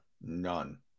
None